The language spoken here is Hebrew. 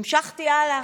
המשכתי הלאה.